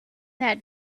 that